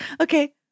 Okay